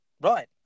Right